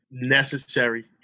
necessary